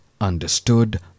understood